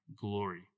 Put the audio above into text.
glory